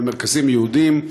על מרכזים יהודיים,